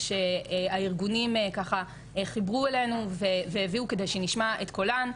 שהארגונים חיברו אלינו והביאו כדי שנשמע את קולן,